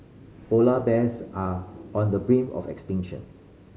polar bears are on the brink of extinction